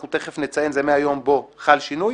אנחנו תיכף נציין, זה מהיום בו חל שינוי.